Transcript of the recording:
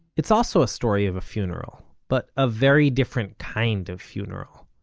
it's also a story of a funeral, but a very different kind of funeral.